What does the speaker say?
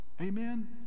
Amen